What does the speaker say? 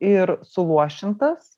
ir suluošintas